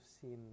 seen